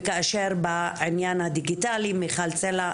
וכאשר בעניין הדיגיטלי פורום מיכל סלה,